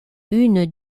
une